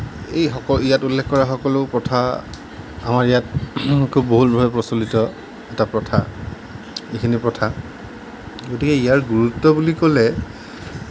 এইসকল ইয়াত উল্লেখ কৰা সকলো প্ৰথা আমাৰ ইয়াত খুব বহুলভাৱে প্ৰচলিত এটা প্ৰথা এইখিনি প্ৰথা গতিকে ইয়াৰ গুৰুত্ব বুলি ক'লে